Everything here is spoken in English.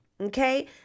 Okay